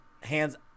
hands